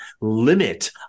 limit